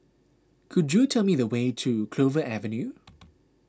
could you tell me the way to Clover Avenue